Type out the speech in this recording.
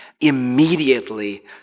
Immediately